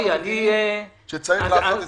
כולם מבינים שצריך לעשות את פסקת ההתגברות.